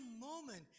moment